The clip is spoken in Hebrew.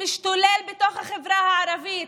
משתולל בתוך החברה הערבית.